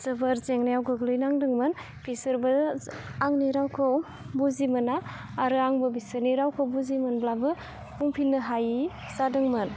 जोबोर जेंनायाव गोग्लैनांदोंमोन बिसोरबो आंनि रावखौ बुजि मोना आरो आंबो बिसोरनि रावखौ बुजि मोनब्लाबो बुंफिननो हायि जादोंमोन